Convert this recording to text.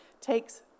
takes